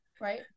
right